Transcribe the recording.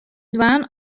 dwaan